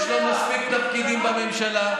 יש לו מספיק תפקידים בממשלה.